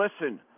listen